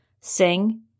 sing